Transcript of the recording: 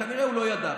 כנראה הוא לא ידע,